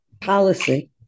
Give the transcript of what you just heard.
policy